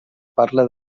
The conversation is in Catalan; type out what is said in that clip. parla